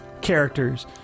characters